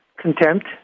contempt